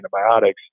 antibiotics